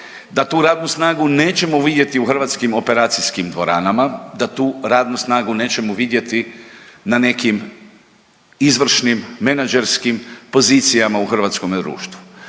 da tu radnu snagu nećemo vidjeti u hrvatskim operacijskim dvoranama, da tu radnu snagu nećemo vidjeti na nekim izvršnim menadžerskim pozicijama u hrvatskome društvu.